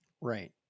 Right